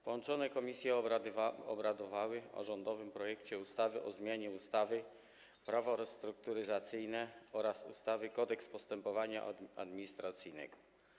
Połączone komisje obradowały w sprawie rządowego projektu ustawy o zmianie ustawy Prawo restrukturyzacyjne oraz ustawy Kodeks postępowania administracyjnego.